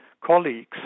colleagues